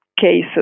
cases